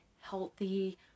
healthy